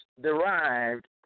derived